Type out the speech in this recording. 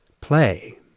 play